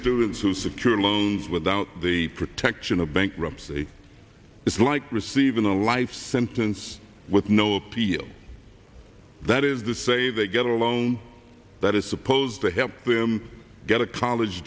students who secure loans without the protection of bankruptcy it's like receiving a life sentence with no appeal that is the say they get a loan that is supposed to help them get a college